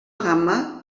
gamma